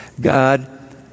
God